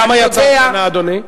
ואתה יודע, כמה יצאו השנה, אדוני?